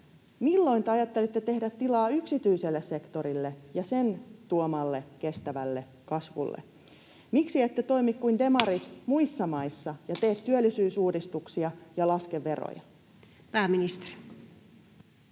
Milloin te ajattelitte tehdä tilaa yksityiselle sektorille ja sen tuomalle kestävälle kasvulle? Miksi ette toimi kuin demarit muissa maissa ja tee työllisyysuudistuksia ja laske veroja? Nyt